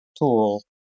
tool